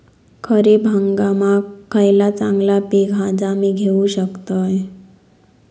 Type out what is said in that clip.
खरीप हंगामाक खयला चांगला पीक हा जा मी घेऊ शकतय?